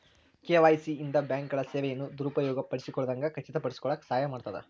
KYC ಇಂದ ಬ್ಯಾಂಕ್ಗಳ ಸೇವೆಗಳನ್ನ ದುರುಪಯೋಗ ಪಡಿಸಿಕೊಳ್ಳದಂಗ ಖಚಿತಪಡಿಸಿಕೊಳ್ಳಕ ಸಹಾಯ ಮಾಡ್ತದ